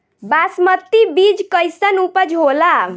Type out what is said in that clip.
बासमती बीज कईसन उपज होला?